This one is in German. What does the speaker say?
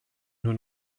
nur